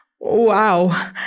Wow